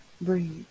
breathe